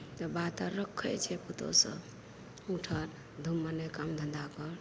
तऽ बात आर रखैत छै पूतहु सब उठल धूपमे नहि काम धंधा कर